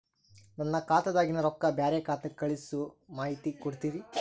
ನನ್ನ ಖಾತಾದಾಗಿನ ರೊಕ್ಕ ಬ್ಯಾರೆ ಖಾತಾಕ್ಕ ಕಳಿಸು ಮಾಹಿತಿ ಕೊಡತೇರಿ?